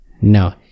No